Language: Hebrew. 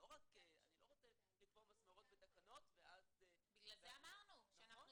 אני לא רוצה לקבוע מסמרות בתקנות --- בגלל זה אמרנו שאנחנו